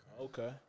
okay